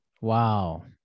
Wow